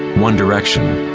one direction.